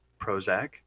Prozac